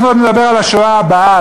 אנחנו עוד נדבר על השואה הבאה,